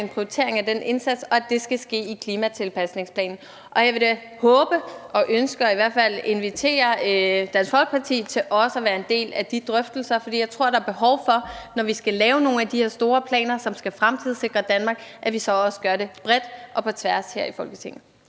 en prioritering af den indsats, og at det skal ske i klimatilpasningsplanen. Jeg vil da i hvert fald invitere Dansk Folkeparti til også at være en del af de drøftelser – det tror og håber jeg de vil sige ja til – for jeg tror, der er behov for, når vi skal lave nogle af de her store planer, som skal fremtidssikre Danmark, at vi så også gør det bredt og på tværs her i Folketinget.